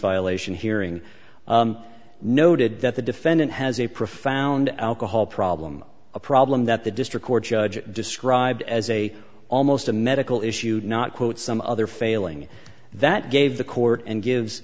violation hearing noted that the defendant has a profound alcohol problem a problem that the district court judge described as a almost a medical issue not quote some other failing that gave the court and